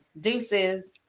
Deuces